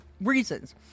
reasons